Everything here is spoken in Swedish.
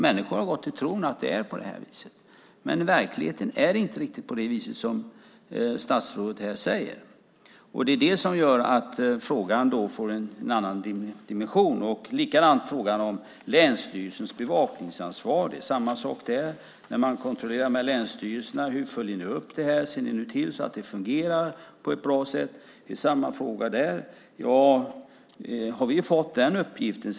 Människor har gått i tron att det är på det här viset, men i verkligheten är det inte riktigt på det vis som statsrådet här säger. Det gör att frågan får en annan dimension. Också när det gäller länsstyrelsens bevakningsansvar är det samma sak: När man kontrollerar med länsstyrelserna hur de följer upp detta, om de ser till att det fungerar på ett bra sätt, säger de: Har vi fått den uppgiften?